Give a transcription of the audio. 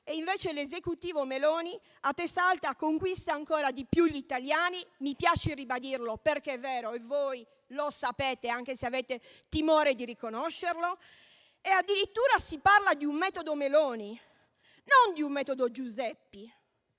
e invece l'Esecutivo Meloni a testa alta conquista ancora di più gli italiani. Mi piace ribadirlo perché è vero, e voi lo sapete, anche se avete timore di riconoscerlo. Addirittura, si parla di un metodo Meloni, non di un metodo "Giuseppi"